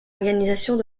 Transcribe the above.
organisations